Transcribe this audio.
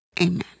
Amen